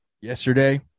yesterday